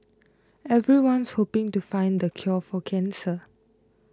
everyone's hoping to find the cure for cancer